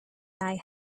die